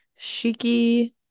Shiki